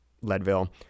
Leadville